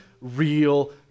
real